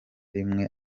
rimwe